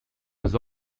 was